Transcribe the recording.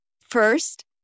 first